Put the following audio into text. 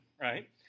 right